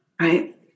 right